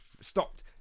stopped